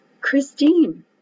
Christine